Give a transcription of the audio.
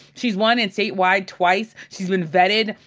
she's won in statewide twice. she's been vetted,